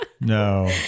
No